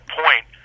point